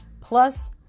Plus